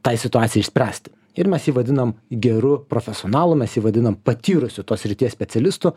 tai situacijai išspręsti ir mes jį vadinam geru profesionalu mes jį vadinam patyrusiu tos srities specialistu